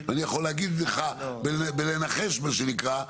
ואני יכול להגיד לך בלנחש מה שנקרא,